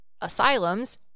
asylums